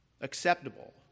acceptable